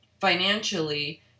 financially